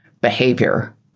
behavior